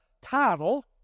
title